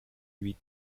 huit